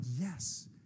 yes